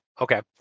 Okay